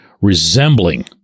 resembling